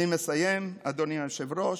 אני מסיים, אדוני היושב-ראש.